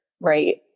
right